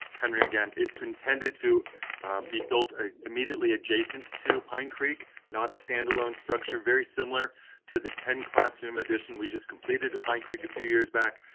henry again, it's intended to be built ah immediately adjacent to pine creek, not a standalone structure very similar to the ten classroom addition. we just completed pine creek a few years back,